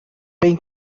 bem